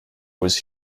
was